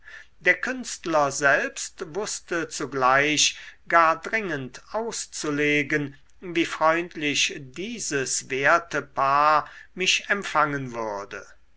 der künstler selbst wußte zugleich gar dringend auszulegen wie freundlich dieses werte paar mich empfangen würde